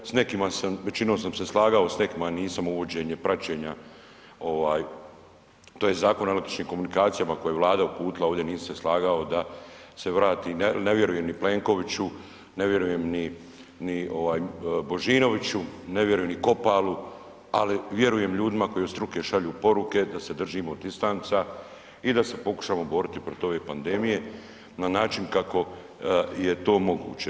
S nekima sam, većinom sam se slagao, s nekima nisam, uvođenje praćenja ovaj tj. Zakon o elektroničkim komunikacijama koji je Vlada uputila ovdje nisam se slagao da se vrati, ne vjerujem ni Plenkoviću, ne vjerujem ni, ni ovaj Božinoviću, ne vjerujem ni Kopalu, ali vjerujem ljudima koji od struke šalju poruke da se držimo distanca i da se pokušamo boriti protiv ove pandemije na način kako je to moguće.